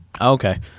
Okay